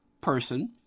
person